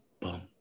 Boom